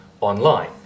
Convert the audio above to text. online